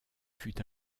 fut